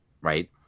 right